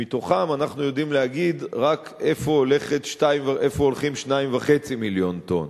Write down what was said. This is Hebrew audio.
מתוכן אנחנו יודעים להגיד רק לאיפה הולכות 2.5 מיליון טונות.